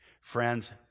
Friends